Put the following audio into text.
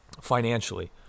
financially